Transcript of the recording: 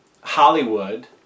Hollywood